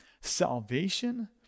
salvation